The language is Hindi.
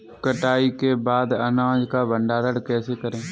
कटाई के बाद अनाज का भंडारण कैसे करें?